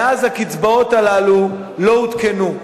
מאז הקצבאות האלה לא עודכנו,